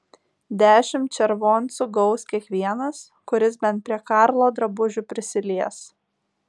dešimt červoncų gaus kiekvienas kuris bent prie karlo drabužių prisilies